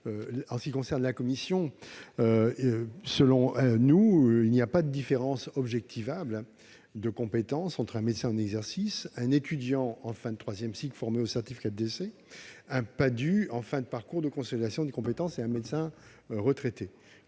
? Selon la commission, il n'y a pas de différence objectivable de compétences entre un médecin en exercice, un étudiant en fin de troisième cycle formé aux certificats de décès, un Padhue en fin de parcours de consolidation des compétences et un médecin retraité.